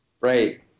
Right